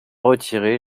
retirés